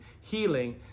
healing